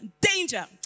danger